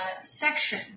section